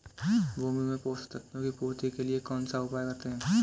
भूमि में पोषक तत्वों की पूर्ति के लिए कौनसा उपाय करते हैं?